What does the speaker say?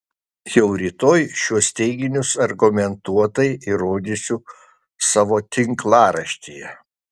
jau rytoj šiuos teiginius argumentuotai įrodysiu savo tinklaraštyje